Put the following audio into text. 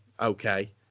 okay